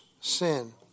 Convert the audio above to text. sin